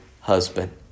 husband